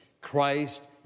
Christ